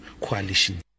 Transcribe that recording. coalition